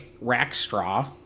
Rackstraw